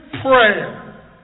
prayer